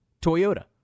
Toyota